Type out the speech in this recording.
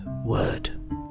Word